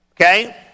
Okay